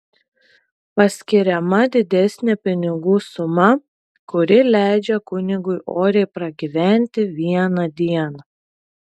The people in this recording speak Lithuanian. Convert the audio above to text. paskiriama didesnė pinigų suma kuri leidžia kunigui oriai pragyventi vieną dieną